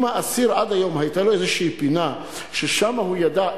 אם האסיר עד היום היתה לו איזו פינה ששם הוא ידע,